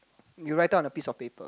you write out on a piece of paper